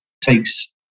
takes